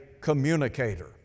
communicator